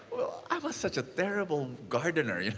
i was such a terrible gardener, yeah